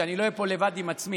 שאני לא אהיה פה לבד עם עצמי.